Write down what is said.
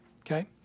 Okay